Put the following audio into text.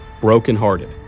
brokenhearted